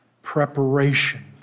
preparation